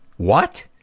what?